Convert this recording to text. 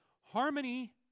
harmony